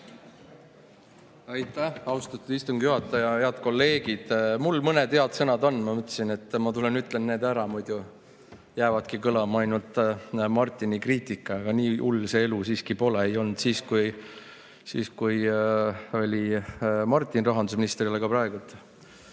Aitäh, austatud istungi juhataja! Head kolleegid! Mul mõned head sõnad on. Ma mõtlesin, et tulen ja ütlen need ära, muidu jääbki kõlama ainult Martini kriitika. Aga nii hull see elu siiski pole – ei olnud siis, kui oli Martin rahandusminister, ei ole ka praegu.